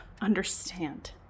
understand